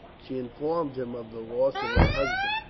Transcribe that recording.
she informed him of the loss of her husband,